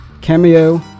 cameo